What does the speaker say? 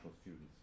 students